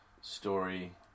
story